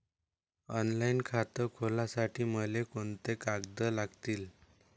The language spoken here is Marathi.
ऑनलाईन खातं खोलासाठी मले कोंते कागद लागतील?